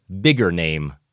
bigger-name